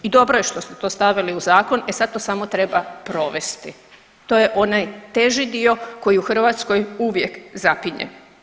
I dobro je što su to stavili u zakon, e sad to samo treba provesti, to je onaj teži dio koji u Hrvatskoj uvijek zapinje.